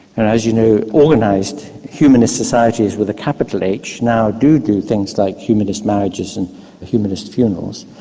as you know organised humanist societies with a capital h now do do things like humanist marriages and humanist funerals.